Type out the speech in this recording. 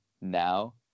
now